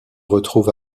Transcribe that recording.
retrouve